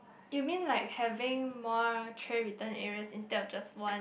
you mean like having more tray return areas instead of just one